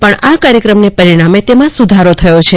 પણ આ કાર્યક્રમના પરિણામે તેમાં સુધારો થયો છે